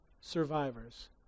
survivors